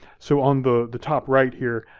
so on the the top right here,